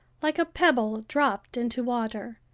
like a pebble dropped into water,